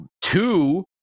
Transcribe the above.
two